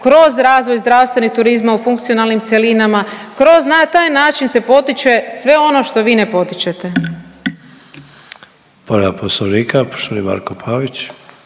kroz razvoj zdravstveni turizma u funkcionalnim cjelinama, kroz na taj način se potiče sve ono što vi ne potičete.